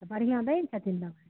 बढ़िआँ दै छथिन दवा